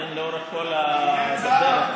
לאורך כל הדרך,